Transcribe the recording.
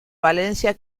valencia